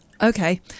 Okay